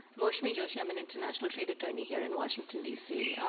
moushami joshi, i'm an international trade attorney here in washington dc.